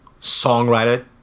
songwriter